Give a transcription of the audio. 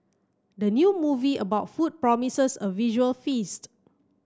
the new movie about food promises a visual feast